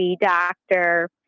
doctor